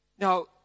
Now